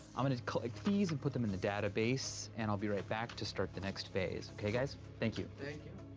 i'm gonna collect these and put them in the database, and i'll be right back to start the next phase, okay, guys? thank you. thank you.